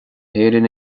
héireann